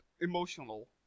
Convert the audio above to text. emotional